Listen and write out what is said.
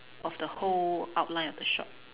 of the whole outline of the shop